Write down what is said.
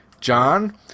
john